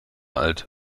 alt